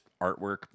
artwork